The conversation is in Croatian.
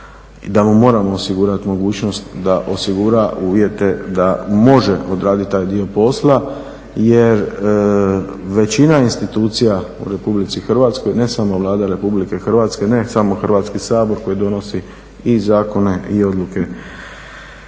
da mu moramo osigurati mogućnost da osigura uvjete da može odraditi taj dio posla jer većina institucija u RH ne samo Vlada RH, ne samo Hrvatski sabor koji donosi i zakone i odluke